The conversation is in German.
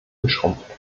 geschrumpft